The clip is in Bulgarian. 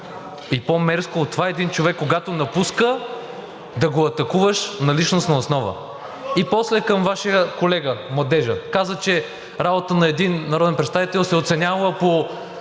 и по-мерзко от това един човек, когато напуска, да го атакуваш на личностна основа? И после, към Вашия колега – младежа, каза, че работата на един народен представител се оценявала по